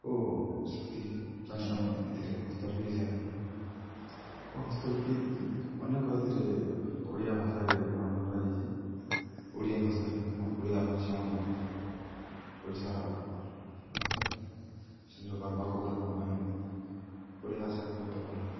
ଓ ସେଥିପାଇଁ ଆମେ ଏଥିରେ ହସ୍ତଲିପି ହିସାବ ଓ ହସ୍ତଲିପି ଅନେକ ଏଥିରେ ଓଡ଼ିଆ ଭାଷାରେ ବର୍ଣ୍ଣନା କରାଯାଇଛି ଓଡ଼ିଆ ଭାଷାରେ ଆମ ଓଡ଼ିଆ ହେଉଛି ଆମର ଓଡ଼ିଶାର ଭାଷା ସେଥିରେ ଗର୍ବ ଗୌରବ ଆମେ ମାନେ ଓଡ଼ିଆ ଭାଷା ନୁ ବହୁତ ଭଲ ପାଉ